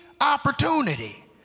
opportunity